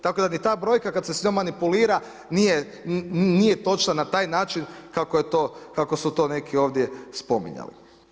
Tako da ni ta brojka kad se s njom manipulira nije točna na taj način kako su to neki ovdje spominjali.